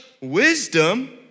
wisdom